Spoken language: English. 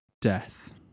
Death